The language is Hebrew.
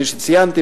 כפי שציינתי,